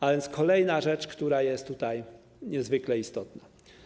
To kolejna rzecz, która jest tutaj niezwykle istotna.